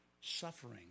suffering